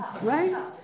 right